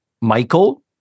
Michael